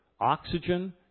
oxygen